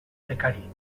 precari